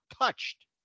touched